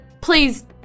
Please